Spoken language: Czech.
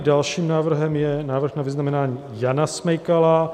Dalším návrhem je návrh na vyznamenání Jana Smejkala